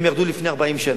הם ירדו לפני 40 שנה.